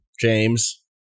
James